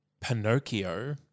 Pinocchio